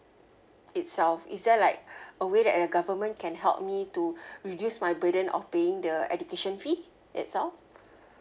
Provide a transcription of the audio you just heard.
itself is there like a way that the government can help me to reduce my burden of paying the education fee itself